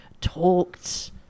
talked